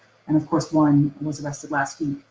and of course, one was arrested last week.